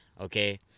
okay